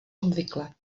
obvykle